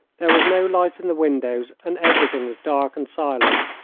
there was no light in the windows, and everything was dark and silent,